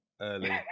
early